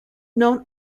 known